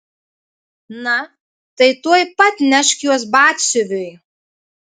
na tai tuoj pat nešk juos batsiuviui